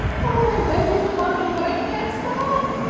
oh, i beg your pardon, but i can't stop!